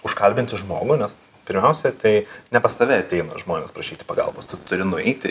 užkalbinti žmogų nes pirmiausia tai ne pas tave ateina žmonės prašyti pagalbos tu turi nueiti